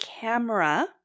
camera